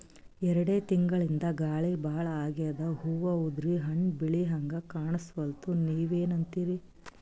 ಎರೆಡ್ ತಿಂಗಳಿಂದ ಗಾಳಿ ಭಾಳ ಆಗ್ಯಾದ, ಹೂವ ಉದ್ರಿ ಹಣ್ಣ ಬೆಳಿಹಂಗ ಕಾಣಸ್ವಲ್ತು, ನೀವೆನಂತಿರಿ?